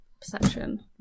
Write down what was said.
Perception